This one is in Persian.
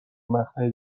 مقطع